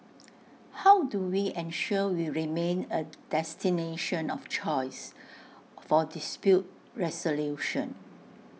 how do we ensure we remain A destination of choice for dispute resolution